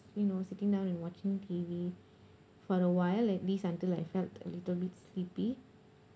you know sitting down and watching T_V for a while at least until I felt a little bit sleepy